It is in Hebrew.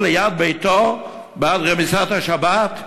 נגדו, ליד ביתו, בעד רמיסת השבת?